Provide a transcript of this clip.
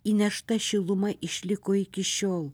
įnešta šiluma išliko iki šiol